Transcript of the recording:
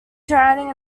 drowning